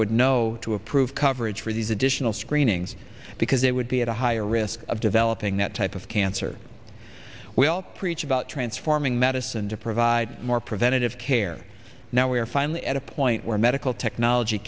would no to approve coverage for these additional screenings because it would be at a higher risk of developing that type of cancer we all preach about transforming medicine to provide more preventative care now we are finally at a point where medical technology